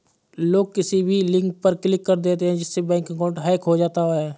लोग किसी भी लिंक पर क्लिक कर देते है जिससे बैंक अकाउंट हैक होता है